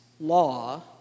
law